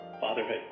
fatherhood